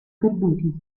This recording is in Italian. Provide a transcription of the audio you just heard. perduti